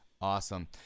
Awesome